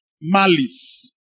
malice